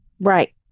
Right